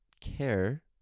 care